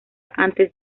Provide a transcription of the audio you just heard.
antes